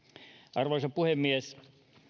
arvoisa puhemies